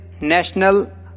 National